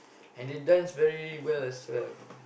and they dance very well as well